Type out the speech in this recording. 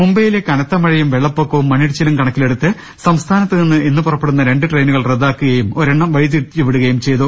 മുംബൈയിലെ കനത്ത മഴയും വെള്ളപ്പൊക്കവും മണ്ണിടിച്ചിലും കണ ക്കിലെടുത്ത് സംസ്ഥാനത്തുനിന്ന് ഇന്ന് പുറപ്പെടുന്ന രണ്ടു ട്രെയിനുകൾ റദ്ദാക്കു കയും രണ്ടെണ്ണം വഴിതിരിച്ചുവിടുകയും ചെയ്തു